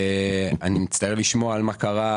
אני מצטער לשמוע על מה קרה,